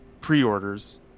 pre-orders